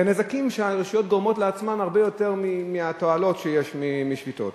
והנזקים שהרשויות גורמות לעצמן הם הרבה יותר מהתועלות שיש משביתות.